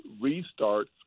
restart